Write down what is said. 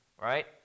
right